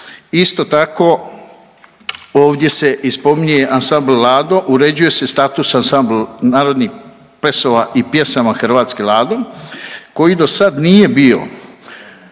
Isto tako ovdje se i spominje ansambl Lado, uređuje se status ansambl narodnih plesova i pjesama Hrvatski Lado koji dosad nije bio